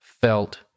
felt